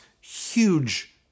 huge